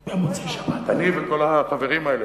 במוצאי-שבת, אני וכל החברים האלה,